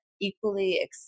equally